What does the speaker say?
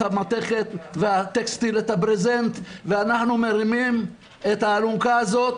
המתכת והטקסטיל את הברזנט ואנחנו מרימים את האלונקה הזאת,